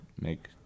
make